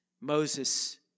Moses